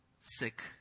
sick